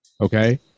Okay